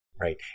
right